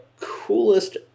coolest